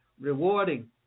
rewarding